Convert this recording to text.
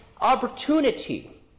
opportunity